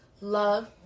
love